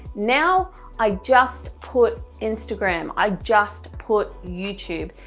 now i just put instagram, i just put youtube,